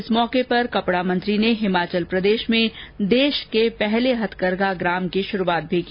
इस अवसर पर कपड़ा मंत्री ने हिमाचलप्रदेश में देश के पहले हथकरघा ग्राम शरण की भी शुरूआत की